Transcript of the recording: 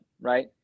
right